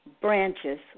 Branches